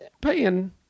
paying